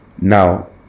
now